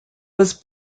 was